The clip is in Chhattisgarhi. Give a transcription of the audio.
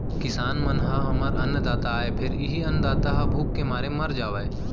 किसान मन ह हमर अन्नदाता आय फेर इहीं अन्नदाता ह भूख के मारे मर जावय